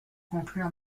conclure